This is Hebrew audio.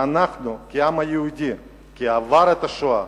ואנחנו, כעם היהודי שעבר את השואה,